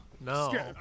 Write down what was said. no